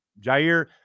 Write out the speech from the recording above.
Jair